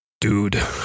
Dude